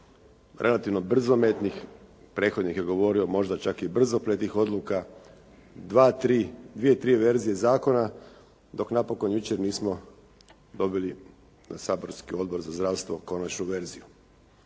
relativno brzometnih. Prethodnik je govorio možda čak i brzopletih odluka. Dva, tri, dvije, tri verzije zakona dok napokon jučer nismo dobili na saborski Odbor za zdravstvo konačnu verziju.